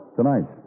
Tonight